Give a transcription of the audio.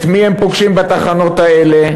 את מי הם פוגשים בתחנות האלה?